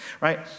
right